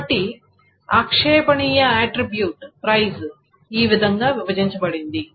కాబట్టి ఆక్షేపణీయ attribute price ఈ విధంగా విభజించబడింది